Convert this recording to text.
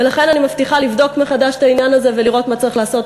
ולכן אני מבטיחה לבדוק מחדש את העניין הזה ולראות מה צריך לעשות,